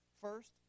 First